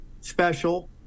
special